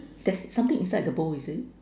there's something inside the bowl is it